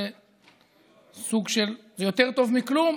זה יותר טוב מכלום,